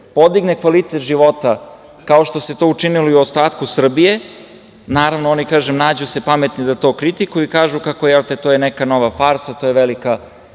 podigne kvalitet života, kao što se to učinilo i u ostatku Srbije. Naravno, nađu se pametni da to kritikuju i kažu kako je to neka nova farsa, to je velika